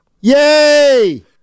Yay